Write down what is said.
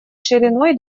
шириной